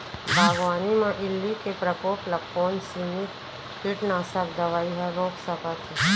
बागवानी म इल्ली के प्रकोप ल कोन सीमित कीटनाशक दवई ह रोक सकथे?